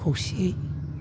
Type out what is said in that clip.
खौसेयै